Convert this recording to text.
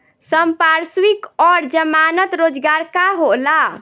संपार्श्विक और जमानत रोजगार का होला?